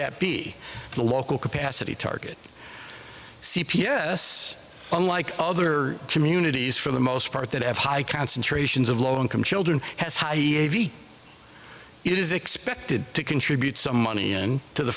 that be the local capacity target c p s unlike other communities for the most part that have high concentrations of low income children it is expected to contribute some money to the